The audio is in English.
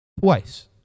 Twice